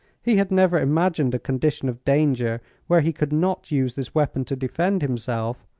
he had never imagined a condition of danger where he could not use this weapon to defend himself,